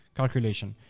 calculation